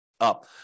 up